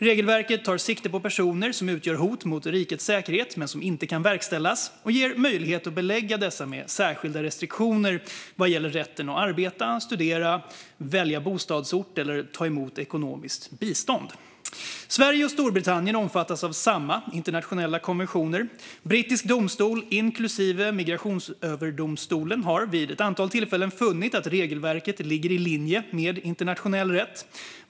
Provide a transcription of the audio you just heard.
Regelverket tar sikte på personer som utgör hot mot rikets säkerhet men där utvisning inte kan verkställas och ger möjlighet att belägga dem med särskilda restriktioner vad gäller rätten att arbeta, studera, välja bostadsort och ta emot ekonomiskt bistånd. Sverige och Storbritannien omfattas av samma internationella konventioner. Brittisk domstol, inklusive migrationsöverdomstolen, har vid ett antal tillfällen funnit att regelverket ligger i linje med internationell rätt.